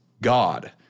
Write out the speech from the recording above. God